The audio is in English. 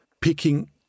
picking